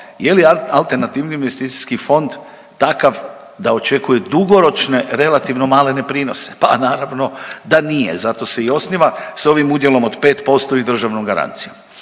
prilika za AIF. No, je li AIF takav da očekuje dugoročne relativno ne prinose? Pa naravno da nije, zato se i osniva s ovim udjelom od 5% i državnom garancijom,